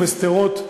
בשדרות,